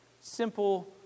simple